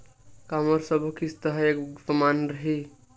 का मोर सबो किस्त ह एक समान रहि?